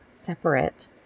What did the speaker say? separate